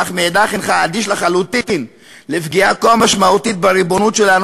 אך מאידך הנך אדיש לחלוטין לפגיעה כה משמעותית בריבונות שלנו